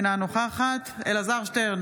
אינה נוכחת אלעזר שטרן,